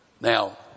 Now